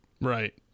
right